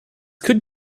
could